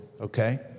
Okay